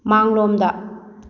ꯃꯥꯡꯂꯣꯝꯗ